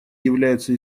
является